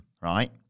right